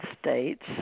States